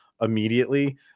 immediately